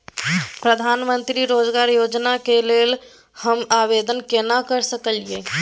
प्रधानमंत्री रोजगार योजना के लेल हम आवेदन केना कर सकलियै?